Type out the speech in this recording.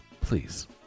Please